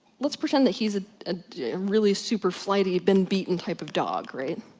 let's pretend that he's a really super flighty, been beaten type of dog. right?